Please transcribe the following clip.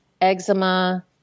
eczema